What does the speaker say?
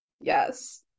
Yes